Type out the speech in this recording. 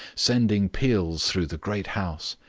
sending peals through the great house.